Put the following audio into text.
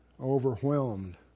overwhelmed